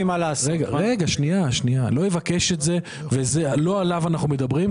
לא עליו אנחנו מדברים,